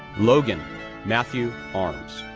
logan matthew armes,